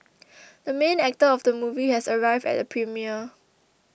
the main actor of the movie has arrived at the premiere